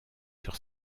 sur